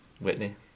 whitney